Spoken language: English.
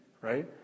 right